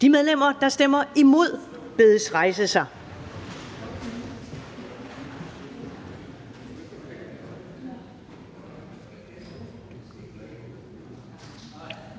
De medlemmer, der stemmer imod, bedes rejse sig.